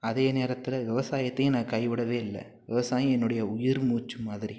அதே நேரத்தில் விவசாயத்தையும் நான் கைவிடவே இல்லை விவசாயம் என்னுடைய உயிர் மூச்சு மாதிரி